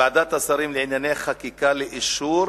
לוועדת השרים לענייני חקיקה לאישור